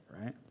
right